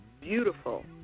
beautiful